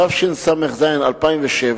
התשס"ז 2007,